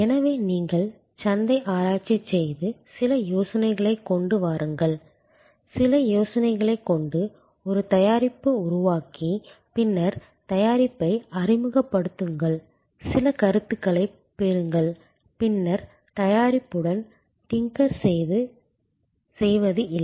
எனவே நீங்கள் சந்தை ஆராய்ச்சி செய்து சில யோசனைகளைக் கொண்டு வாருங்கள் சில யோசனைகளைக் கொண்டு ஒரு தயாரிப்பை உருவாக்கி பின்னர் தயாரிப்பை அறிமுகப்படுத்துங்கள் சில கருத்துக்களைப் பெறுங்கள் பின்னர் தயாரிப்புடன் டிங்கர் செய்வது இல்லை